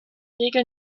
regel